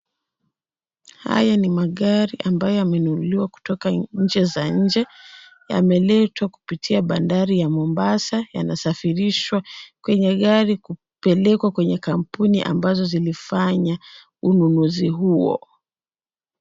Haya ni magari ambayo yamenunuliwa kutoka nchi za nje. Yameletwa kupitia bandari ya Mombasa, yanasafirishwa kwenye gari kupelekwa kwenye kampuni ambazo zilifanya ununuzi huo.